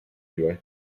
durée